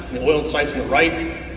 oiled sites on the right.